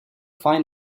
find